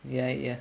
ya ya